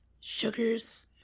sugars